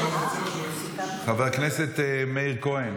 חבר הכנסת מאיר כהן,